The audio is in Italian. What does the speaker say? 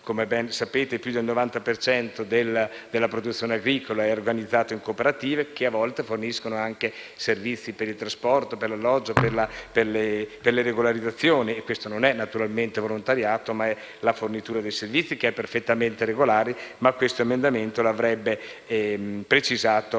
come sapete, più del 90 per cento della produzione agricola è organizzata in cooperative, che a volte forniscono anche servizi per il trasporto, l'alloggio e le regolarizzazioni. Questo, naturalmente, non è caporalato ma fornitura di servizi che è perfettamente regolare, ma l'emendamento lo avrebbe precisato